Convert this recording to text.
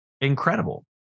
incredible